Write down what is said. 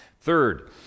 Third